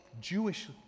Jewish